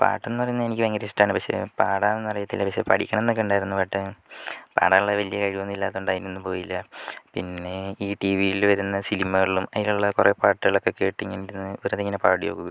പാട്ട് എന്ന് പറയുന്നത് എനിക്ക് ഭയങ്കര ഇഷ്ടമാണ് പക്ഷെ പാടാനൊന്നും അറിയത്തില്ല പക്ഷെ പഠിക്കണം എന്നൊക്കെ ഉണ്ടായിരുന്നു ബട്ട് പാടാനുള്ള വലിയ കഴിവൊന്നും ഇല്ലാത്തതു കൊണ്ട് അതിനൊന്നും പോയില്ല പിന്നെ ഈ ടീ വിയിൽ വരുന്ന സിനിമകളിലും അതിലുള്ള കുറേ പാട്ടുകളൊക്കെ കേട്ട് ഇങ്ങനെ ഇരുന്നു വെറുതേ ഇങ്ങനെ പാടി നോക്കും